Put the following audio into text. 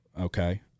Okay